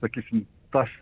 sakysim tas